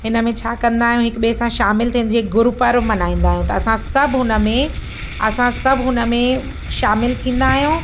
हिन में छा कंदा आहियूं हिक ॿिए सां शामिल थिएजे ग्रुप वारो मल्हाईंदा आहियूं त असां सभु हुन में असां सभु हुन में शामिल थींदा आहियूं